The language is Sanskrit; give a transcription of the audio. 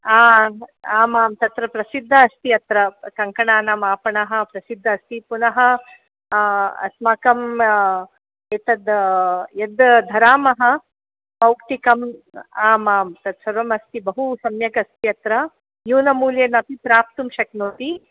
आम् आमां तत्र प्रसिद्धः अस्ति अत्र कङ्कणानाम् आपणः प्रसिद्धः अस्ति पुनः अस्माकं एतत् यद् धरामः मौक्तिकम् आम् आं तद् सर्वमस्ति बहु सम्यगस्ति अत्र न्यूनमूल्येनापि प्राप्तुं शक्नोति